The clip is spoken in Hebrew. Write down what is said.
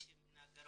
כמו שנגה